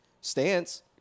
stance